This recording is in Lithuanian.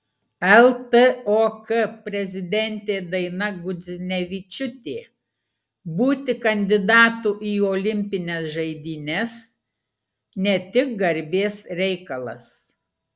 ltok prezidentė daina gudzinevičiūtė būti kandidatu į olimpines žaidynes ne tik garbės reikalas